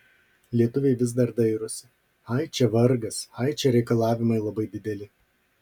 lietuviai vis dar dairosi ai čia vargas ai čia reikalavimai labai dideli